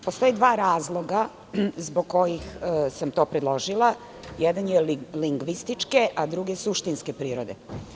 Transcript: Postoje dva razloga zbog kojih sam to predložila, jedan je lingvističke a drugi suštinske prirode.